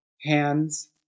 Hands